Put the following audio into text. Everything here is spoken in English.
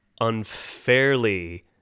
unfairly